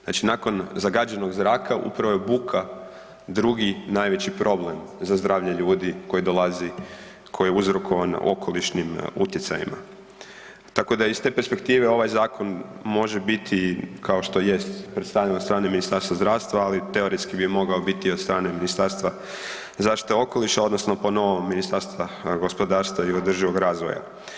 Znači nakon zagađenog zraka upravo je buka drugi najveći problem za zdravlje ljudi koje dolazi koje je uzrokovan okolišnim utjecajima, tako da iz te perspektive ovaj zakon može biti kao što jest predstavljen od strane Ministarstva zdravstva, ali teoretski bi mogao biti od strane Ministarstva zaštite okoliša odnosno po novom Ministarstva gospodarstva i održivog razvoja.